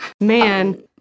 Man